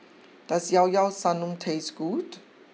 does Llao Llao Sanum taste good